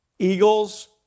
Eagles